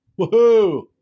Woohoo